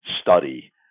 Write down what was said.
study